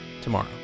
tomorrow